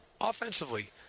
offensively